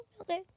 okay